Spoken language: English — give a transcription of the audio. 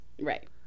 Right